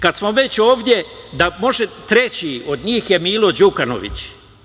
Kad smo već ovde, treći od njih je Milo Đukanović.